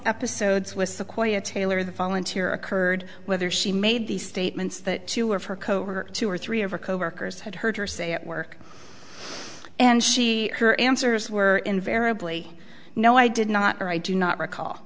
episodes with sequoia taylor the volunteer occurred whether she made these statements that two of her covert two or three of her coworkers had heard her say at work and she her answers were invariably no i did not or i do not